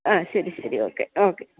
ആ ശരി ശരി ഓക്കേ ഓക്കേ